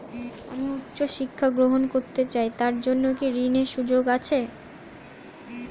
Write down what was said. আমি উচ্চ শিক্ষা গ্রহণ করতে চাই তার জন্য কি ঋনের সুযোগ আছে?